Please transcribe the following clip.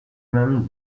même